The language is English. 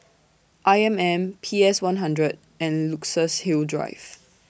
I M M P S one hundred and Luxus Hill Drive